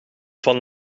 van